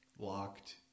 Locked